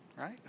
right